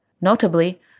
Notably